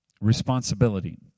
Responsibility